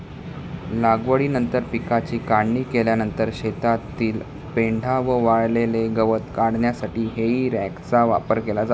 लागवडीनंतर पिकाची काढणी केल्यानंतर शेतातील पेंढा व वाळलेले गवत काढण्यासाठी हेई रॅकचा वापर केला जातो